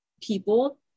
people